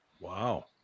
Wow